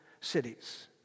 cities